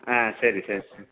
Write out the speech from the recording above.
ஆ சரி சார்